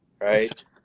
right